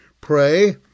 pray